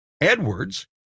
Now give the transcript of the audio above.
Edwards